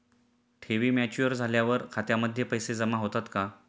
ठेवी मॅच्युअर झाल्यावर खात्यामध्ये पैसे जमा होतात का?